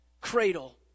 cradle